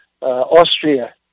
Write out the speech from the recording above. Austria